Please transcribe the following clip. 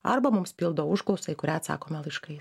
arba mums pildo užklausą į kurią atsakome laiškais